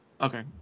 Okay